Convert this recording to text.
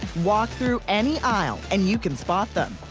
walk through any aisle and you can spot them.